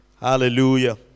Hallelujah